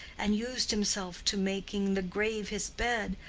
and used himself to making the grave his bed,